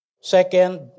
Second